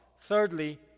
Thirdly